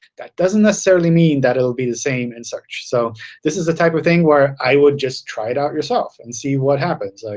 that doesn't necessarily mean that it'll be the same and search. so this is the type of thing where i would just try it out yourself and see what happens.